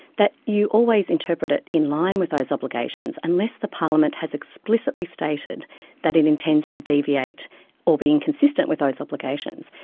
that you always interpret it in line with those obligations, unless the parliament has explicitly stated that it intends to deviate or be inconsistent with those obligations.